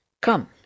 Come